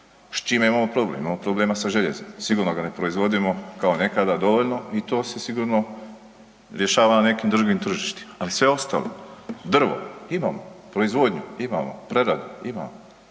S čime imamo problem? Imamo problema sa željezom, sigurno ga ne proizvodimo kao nekada dovoljno i to se sigurno rješava na nekim drugim tržištima ali sve ostalo, drvo, imamo, proizvodnju imamo, preradu imamo,